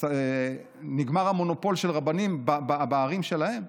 נגמר המונופול של רבנים בערים שלהם.